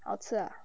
好吃啊